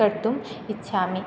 कर्तुम् इच्छामि